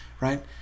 right